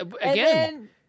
Again